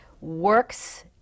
works